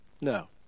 No